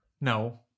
No